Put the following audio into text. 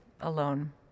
alone